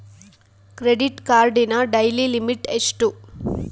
Credit ಕಾರ್ಡಿನ daily limit ಎಷ್ಟು?